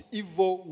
evil